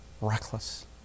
reckless